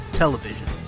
television